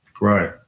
Right